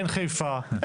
אין חיפה,